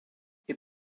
est